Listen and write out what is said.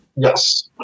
yes